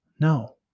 No